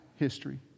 history